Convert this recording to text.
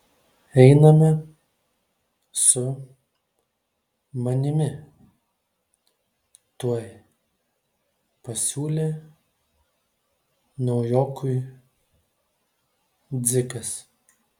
einame su manimi tuoj pasiūlė naujokui dzikas